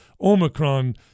Omicron